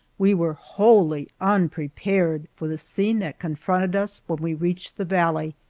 we were wholly unprepared for the scene that confronted us when we reached the valley.